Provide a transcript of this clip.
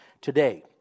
today